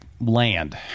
land